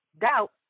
doubt